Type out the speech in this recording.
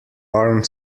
armed